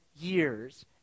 years